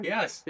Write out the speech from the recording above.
Yes